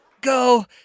go